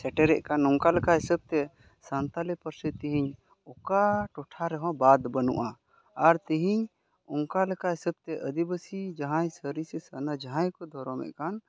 ᱥᱮᱴᱮᱨᱮᱫ ᱠᱟᱱ ᱱᱚᱝᱠᱟ ᱞᱮᱠᱟ ᱦᱤᱥᱟᱹᱵ ᱛᱮ ᱥᱟᱱᱛᱟᱲᱤ ᱯᱟᱹᱨᱥᱤ ᱛᱮᱦᱤᱧ ᱚᱠᱟ ᱴᱚᱴᱷᱟ ᱨᱮᱦᱚᱸ ᱵᱟᱫ ᱵᱟᱹᱱᱩᱜᱼᱟ ᱟᱨ ᱛᱮᱦᱤᱧ ᱚᱱᱠᱟ ᱞᱮᱠᱟ ᱦᱤᱥᱟᱹᱵ ᱛᱮ ᱟᱹᱫᱤᱵᱟᱹᱥᱤ ᱡᱟᱦᱟᱸᱭ ᱥᱟᱹᱨᱤ ᱥᱮ ᱥᱟᱨᱱᱟ ᱡᱟᱦᱟᱸᱭ ᱠᱚ ᱫᱷᱚᱨᱚᱢᱮᱫ ᱠᱟᱱ